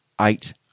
Eight